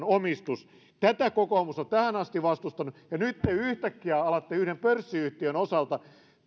omistus tätä kokoomus on tähän asti vastustanut ja nyt te yhtäkkiä alatte yhden pörssiyhtiön osalta